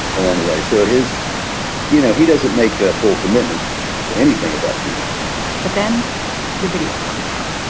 on the way. so his you know, he doesn't make a full commitment to anything at that point but then the video comes out.